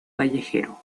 callejero